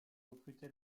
recruté